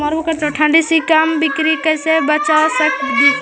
ठंडी से हम बकरी के कैसे बचा सक हिय?